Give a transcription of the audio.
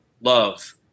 love